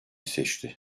seçti